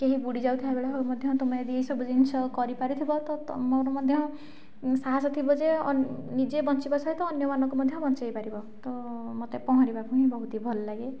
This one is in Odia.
କେହି ବୁଡ଼ିଯାଉଥିବା ବେଳେ ହେଉ ମଧ୍ୟ ତୁମେ ଯଦି ସବୁ ଜିନିଷ କରିପାରିଥିବ ତ ତୁମର ମଧ୍ୟ ସାହସ ଥିବ ଯେ ନିଜେ ବଞ୍ଚିବା ସହିତ ଅନ୍ୟମାନଙ୍କୁ ମଧ୍ୟ ବଞ୍ଚେଇପାରିବ ତ ମୋତେ ପହଁରିବାକୁ ହିଁ ବହୁତ ଭଲଲାଗେ